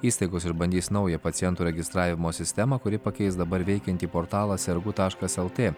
įstaigos išbandys naują pacientų registravimo sistemą kuri pakeis dabar veikiantį portalą sergu taškas lt